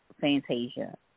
Fantasia